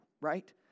right